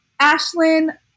Ashlyn